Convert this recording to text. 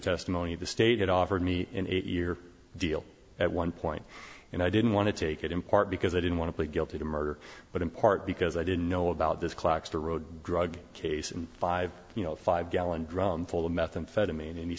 testimony the state had offered me an eight year deal at one point and i didn't want to take it in part because i didn't want to plead guilty to murder but in part because i didn't know about this clock's the road drug case and five five gallon drum full of methamphetamine and he